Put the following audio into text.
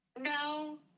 No